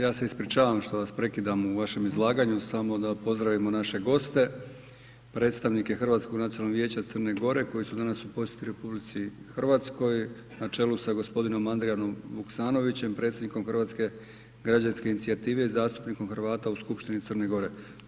ja se ispričavam što vas prekidam u vašem izlaganju samo da pozdravimo naše goste, predstavnike Hrvatskog nacionalnog vijeća Crne Gore koji su danas u posjeti RH na čelu sa gospodinom Adrijanom Vukasnovićem predsjednikom Hrvatske građanske inicijative i zastupnikom Hrvata u Skupštini Crne Gore.